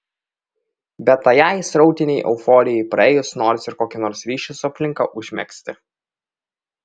bet tajai srautinei euforijai praėjus norisi ir kokį nors ryšį su aplinka užmegzti